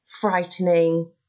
frightening